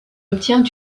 obtient